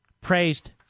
praised